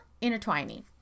intertwining